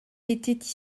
était